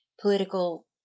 political